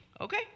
okay